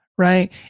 Right